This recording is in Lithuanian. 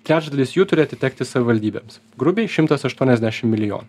trečdalis jų turi atitekti savivaldybėms grubiai šimtas aštuoniasdešim milijonų